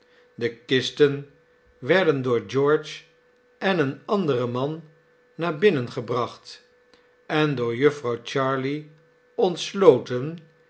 de kisten werden door george en een ander man naar binnen gebracht en door jufvrouw jarley ontsloten